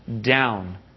down